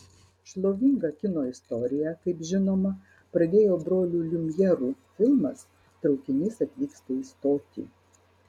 šlovingą kino istoriją kaip žinoma pradėjo brolių liumjerų filmas traukinys atvyksta į stotį